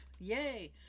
Yay